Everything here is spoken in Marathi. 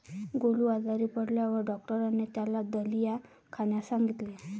गोलू आजारी पडल्यावर डॉक्टरांनी त्याला दलिया खाण्यास सांगितले